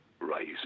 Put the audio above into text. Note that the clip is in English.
rising